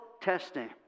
testing